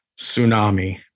tsunami